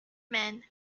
man